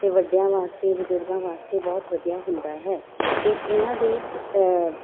ਅਤੇ ਵੱਡਿਆਂ ਵਾਸਤੇ ਬਜ਼ੁਰਗਾਂ ਵਾਸਤੇ ਬਹੁਤ ਵਧੀਆ ਹੁੰਦਾ ਹੈ ਅਤੇ ਇਹਨਾਂ ਦੇ